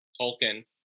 Tolkien